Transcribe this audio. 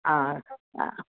आ अ